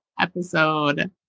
episode